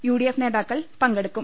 U D F നേതാക്കൾ പങ്കെടുക്കും